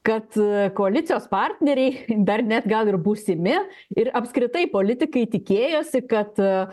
kad koalicijos partneriai dar net gal ir būsimi ir apskritai politikai tikėjosi kad